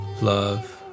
love